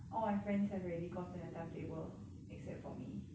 all my friends have already gotten their timetable except for me